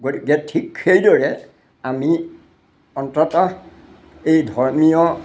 গতিকে ঠিক সেইদৰে আমি অন্ততঃ এই ধৰ্মীয়